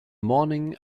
morning